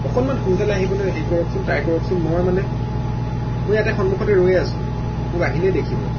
অকণমান সোনকালে আহিবলৈ হেৰি কৰকচোন ট্ৰাই কৰকচোন মই মানে মই ইয়াতে সন্মুখতে ৰৈ আছোঁ মোক আহিলেই দেখিব